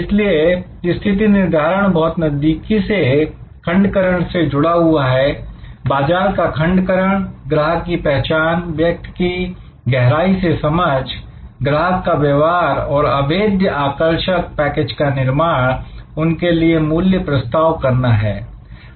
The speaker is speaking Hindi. इसलिए स्थिति निर्धारण बहुत नजदीकी से खंड करण से जुड़ा हुआ है बाजार का खंड करण ग्राहक की पहचान व्यक्ति की गहराई से समझ ग्राहक का व्यवहार और अभेद्य आकर्षक पैकेज का निर्माण उनके लिए मूल्य प्रस्ताव करना है